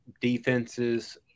defenses